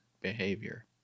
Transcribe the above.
behavior